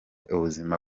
ubuzima